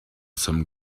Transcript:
some